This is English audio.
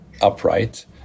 upright